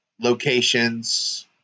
locations